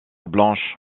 blanche